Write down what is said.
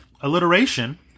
alliteration